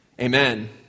Amen